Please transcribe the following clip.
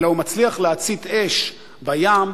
אלא הוא מצליח להצית אש בים,